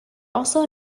also